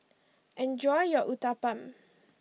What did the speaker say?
enjoy your Uthapam